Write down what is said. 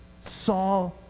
saw